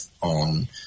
on